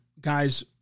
guys